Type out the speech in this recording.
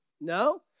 No